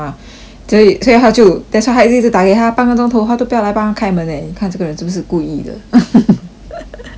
所以所以他就 that's why 他一直打给他半个钟头他都不要来帮他开门 leh 你看这个人是不是故意的